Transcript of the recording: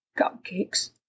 cupcakes